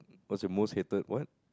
was your most hated what